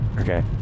Okay